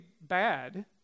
bad